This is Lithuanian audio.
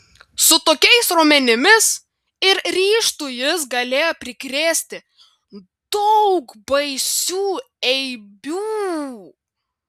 su tokiais raumenimis ir ryžtu jis galėjo prikrėsti daug baisių eibių